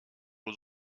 aux